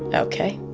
ok,